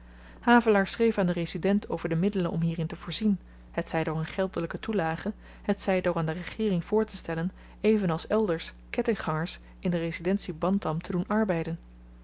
havelaar schreef aan den resident over de middelen om hierin te voorzien hetzy door een geldelyke toelage hetzy door aan de regeering voortestellen even als elders kettinggangers in de residentie bantam te doen arbeiden